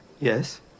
yes